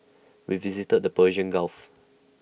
we visited the Persian gulf